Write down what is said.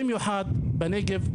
במיוחד בנגב,